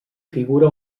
figura